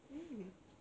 mm